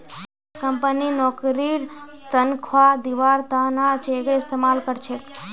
company नौकरीर तन्ख्वाह दिबार त न चेकेर इस्तमाल कर छेक